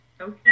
Okay